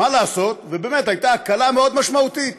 מה לעשות, ובאמת הייתה הקלה מאוד משמעותית